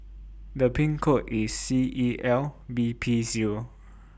The Pin code IS C E L B P Zero